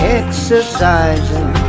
exercising